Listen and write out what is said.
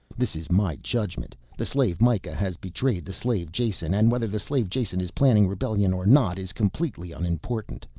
this is my judgment. the slave mikah has betrayed the slave jason, and whether the slave jason is planning rebellion or not is completely unimportant.